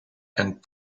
and